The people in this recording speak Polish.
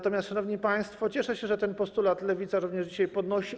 Natomiast, szanowni państwo, cieszę się, że ten postulat Lewica również dzisiaj podnosi.